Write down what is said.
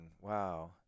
wow